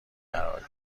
قرار